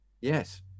Yes